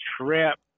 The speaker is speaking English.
trip